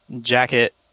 Jacket